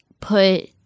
put